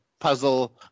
puzzle